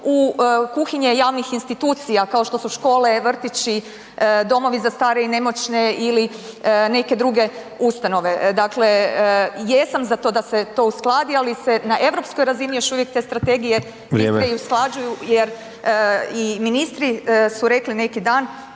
u kuhinje javnih institucija kao što su škole, vrtići, domovi za starije i nemoćne ili neke druge ustanove. Dakle, jesam za to da se to uskladi, ali se na europskoj razini još uvijek te strategije bistre i usklađuju jer i ministri su rekli neki dan